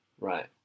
Right